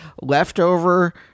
leftover